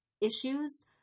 issues